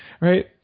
Right